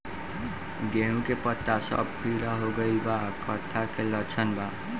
गेहूं के पता सब पीला हो गइल बा कट्ठा के लक्षण बा?